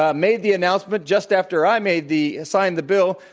ah made the announcement just after i made the signed the bill.